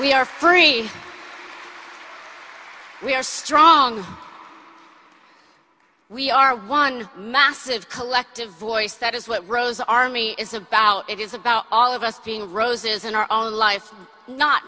free are free we are strong we are one massive collective voice that is what rose army is about it is about all of us being roses and our own life not